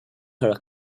her